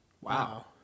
Wow